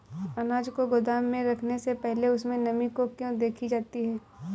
अनाज को गोदाम में रखने से पहले उसमें नमी को क्यो देखी जाती है?